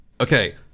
Okay